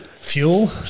Fuel